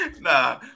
Nah